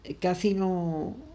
casino